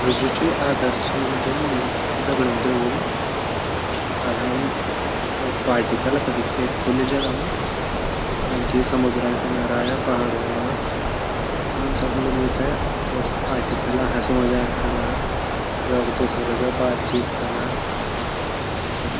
मेरु जु ची आदर्श जन्मदिन मेरा दगड़्यु दे वोलु अर हम योक पार्टी कार्ला कखि खुली जगह मा जनकी समुद्रा किनारा या पहाडू मा हम सब मिली ते वख पार्टी कार्ला अर हसी मज़ाक कार्ला योक दूसरा दे बात चीत कार्ला अर ये सब।